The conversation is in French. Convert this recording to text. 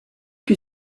que